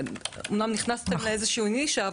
אמנם נכנסתם לאיזושהי נישה,